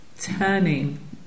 turning